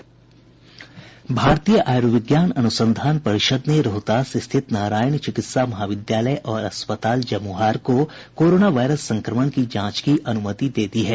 भारतीय आयुर्विज्ञान अनुसंधान परिषद् ने रोहतास स्थित नारायण चिकित्सा महाविद्यालय और अस्पताल जमुहार को कोरोना वायरस संक्रमण की जांच की अनुमति दी है